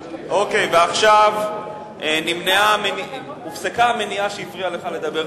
עכשיו הופסקה המניעה שהפריעה לך לדבר,